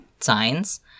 signs